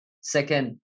Second